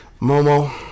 Momo